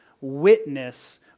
witness